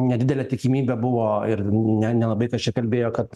nedidelė tikimybė buvo ir ne nelabai kas čia kalbėjo kad